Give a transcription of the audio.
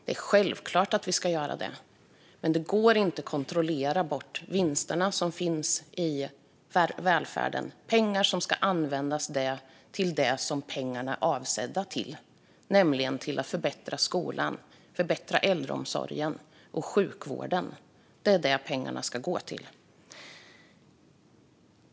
Det är självklart att vi ska göra det, men det går inte att kontrollera bort vinsterna som finns i välfärden - pengar som ska användas till det som pengarna är avsedda för, nämligen för att förbättra skolan, äldreomsorgen och sjukvården. Det är det pengarna ska gå till.